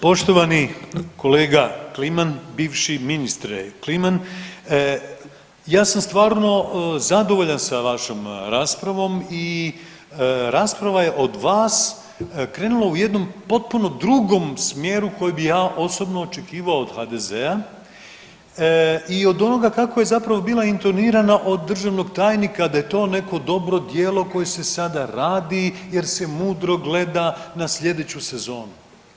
Poštovani kolega Kliman, bivši ministre Kliman, ja sam stvarno zadovoljan sa vašom raspravom i rasprava je od vas krenula u jednom potpuno drugom smjeru koji bi ja osobno očekivao od HDZ-a i od onoga kako je zapravo bila intonirana od državnog tajnika da je to neko dobro djelo koje se sada radi jer se mudro gleda na slijedeću sezonu.